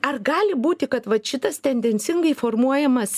ar gali būti kad vat šitas tendencingai formuojamas